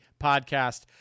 podcast